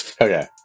okay